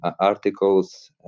articles